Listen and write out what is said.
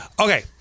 Okay